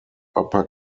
upper